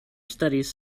studies